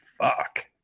fuck